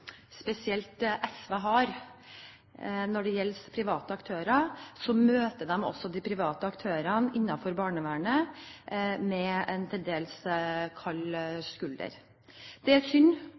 spesielt SV har når det gjelder private aktører, møter de også de private aktørene innenfor barnevernet med en til dels kald skulder. Det er synd,